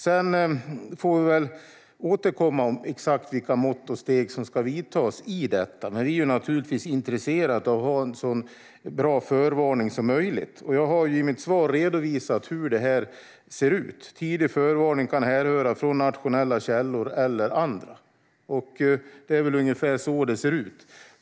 Vi får väl återkomma om exakt vilka mått och steg som ska tas i detta. Vi är naturligtvis intresserade av att ha en så bra förvarning som möjligt. Jag har i mitt svar redovisat hur det ser ut. Tidig förvarning kan härröra från nationella källor eller andra. Det är ungefär så det ser ut.